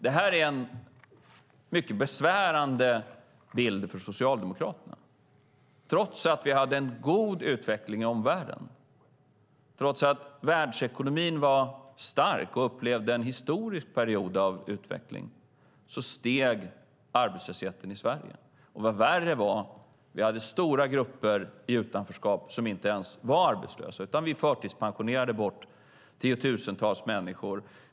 Detta är en mycket besvärande bild för Socialdemokraterna. Trots att vi hade en god utveckling i omvärlden och trots att världsekonomin var stark och upplevde en historisk period av utveckling steg arbetslösheten i Sverige. Vad som var värre var att vi hade stora grupper i utanförskap som inte ens var arbetslösa, utan vi förtidspensionerade bort tiotusentals människor.